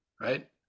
right